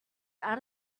out